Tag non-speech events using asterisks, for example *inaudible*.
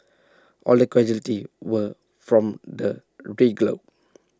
all the casualties were from the *unintelligible*